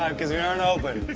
um cause we aren't open!